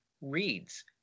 reads